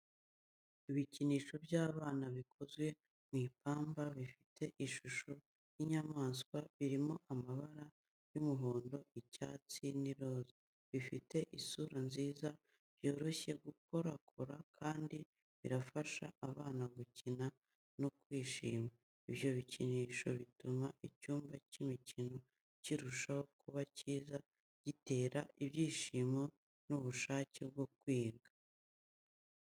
Ibikinisho by’abana bikozwe mu ipamba bifite ishusho y’inyamaswa, birimo amabara y’umuhondo, icyatsi n’iroza. Bifite isura nziza, byoroshye gukorakora kandi bifasha abana gukina no kwishima. Ibyo bikoresho bituma icyumba cy’imikino kirushaho kuba cyiza, gitera ibyishimo n’ubushake bwo kwiga.